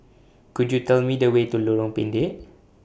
Could YOU Tell Me The Way to Lorong Pendek